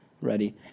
ready